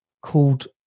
called